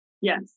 Yes